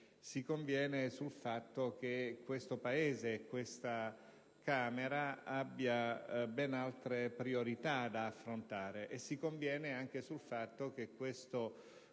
si conviene sul fatto che questo Paese, e quindi questa Camera, abbia ben altre priorità da affrontare. Si conviene anche sul fatto che questa